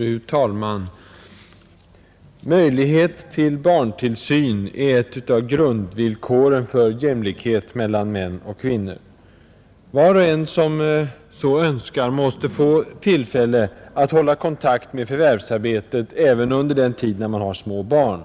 Fru talman! Möjlighet till barntillsyn är ett av grundvillkoren för jämlikhet mellan män och kvinnor. Var och en som så önskar måste få tillfälle att hålla kontakt med förvärvsarbetet även under den tid när man har små barn,